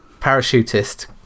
parachutist